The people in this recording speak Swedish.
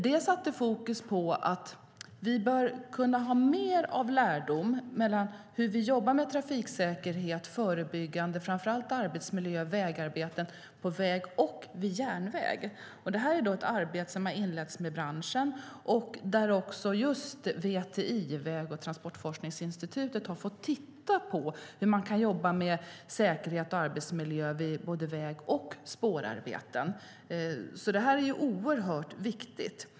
Det satte fokus på att vi bör kunna dra mer lärdom av hur vi jobbar förebyggande med trafiksäkerhet, framför allt i fråga om arbetsmiljö vid arbeten på väg och järnväg. Detta är ett arbete som har inletts med branschen och där också VTI, Väg och transportforskningsinstitutet har fått titta på hur man kan jobba med säkerhet och arbetsmiljö vid både väg och spårarbeten. Detta är oerhört viktigt.